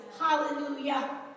Hallelujah